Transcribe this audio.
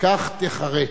וכך תיחרת.